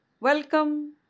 Welcome